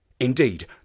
Indeed